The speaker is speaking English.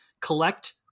collect